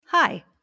Hi